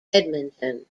edmonton